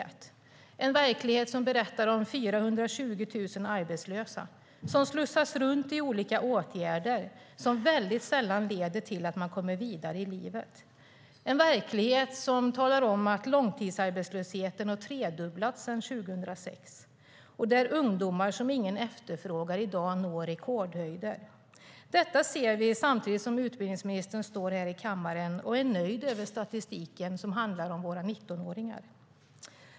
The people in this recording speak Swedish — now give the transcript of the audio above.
Det är en verklighet som berättar om 420 000 arbetslösa som slussas runt i olika åtgärder som sällan leder till att de kommer vidare i livet. Det är en verklighet som talar om att långtidsarbetslösheten tredubblats sedan 2006 och där antalet ungdomar som ingen efterfrågar når rekordhöjder. Detta ser vi samtidigt som utbildningsministern står här i kammaren och är nöjd över statistiken över våra 19-åringar.